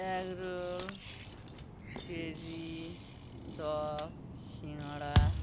egg roll পেঁয়াজি chop সিঙাড়া